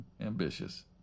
Ambitious